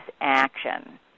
action